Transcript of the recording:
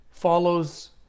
follows